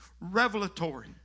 revelatory